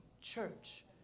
church